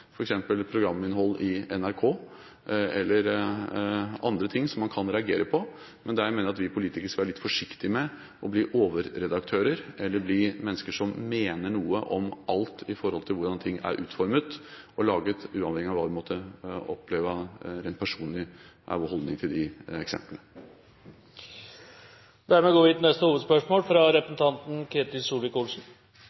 programinnhold i NRK eller andre ting, som man kan reagere på. Der mener jeg at vi politikere skal være litt forsiktige med å bli overredaktører eller mennesker som mener noe om alt når det gjelder hvordan ting er utformet og laget, uavhengig av hva vi måtte oppleve rent personlig er vår holdning til de eksemplene. Vi går da videre til neste hovedspørsmål, fra